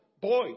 boy